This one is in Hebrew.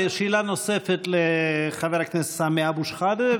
שאלה נוספת לחבר הכנסת סמי אבו שחאדה,